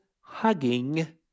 hugging